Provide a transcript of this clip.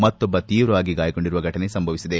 ಮತ್ತೊಬ್ಲ ತೀವ್ರವಾಗಿ ಗಾಯಗೊಂಡಿರುವ ಫಟನೆ ಸಂಭವಿಸಿದೆ